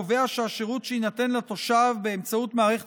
קובע שהשירות שיינתן לתושב באמצעות מערכת